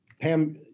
Pam